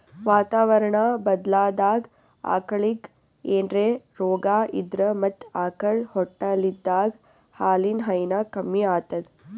ವಾತಾವರಣಾ ಬದ್ಲಾದಾಗ್ ಆಕಳಿಗ್ ಏನ್ರೆ ರೋಗಾ ಇದ್ರ ಮತ್ತ್ ಆಕಳ್ ಹೊಟ್ಟಲಿದ್ದಾಗ ಹಾಲಿನ್ ಹೈನಾ ಕಮ್ಮಿ ಆತದ್